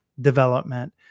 development